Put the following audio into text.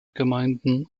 gemeinden